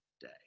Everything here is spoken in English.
day